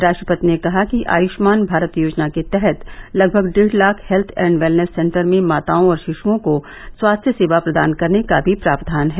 रा ट्रपति ने कहा कि आयु मान भारत योजना के तहत लगभग डेढ़ lakh health and wellness centre ने माताओं और ॅशिशुओं को स्वास्थ्य सेवा प्रदान करने का भी प्रावधान है